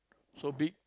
so big